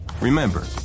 Remember